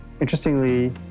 interestingly